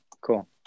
cool